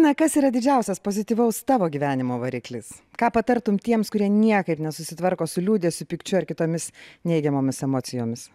na kas yra didžiausias pozityvaus tavo gyvenimo variklis ką patartum tiems kurie niekaip nesusitvarko su liūdesiu pykčiu ar kitomis neigiamomis emocijomis